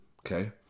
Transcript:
okay